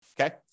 Okay